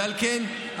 ועל כן,